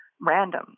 random